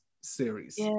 series